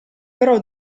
però